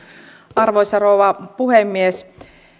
arvoisa rouva puhemies